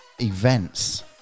events